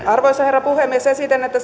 arvoisa herra puhemies esitän että